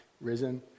risen